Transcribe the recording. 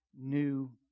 new